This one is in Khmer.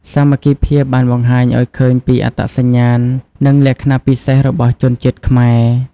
សាមគ្គីភាពបានបង្ហាញឱ្យឃើញពីអត្តសញ្ញាណ និងលក្ខណៈពិសេសរបស់ជនជាតិខ្មែរ។